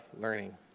learning